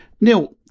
Neil